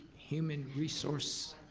human resource,